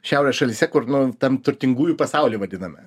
šiaurės šalyse kur nu tam turtingųjų pasauly vadiname